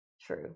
true